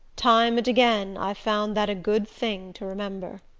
time and again, i've found that a good thing to remember.